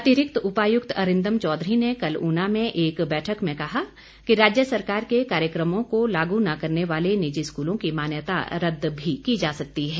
अतिरिक्त उपायुक्त अरिंदम चौधरी ने कल ऊना में एक बैठक में कहा कि राज्य सरकार के कार्यक्रमों को लागू न करने वाले निजी स्कूलों की मान्यता रद्द भी की जा सकती है